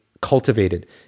cultivated